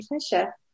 pleasure